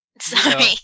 Sorry